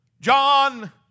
John